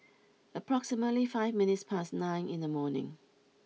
approximately five minutes past nine in the morning